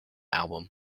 album